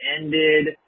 ended